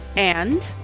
and,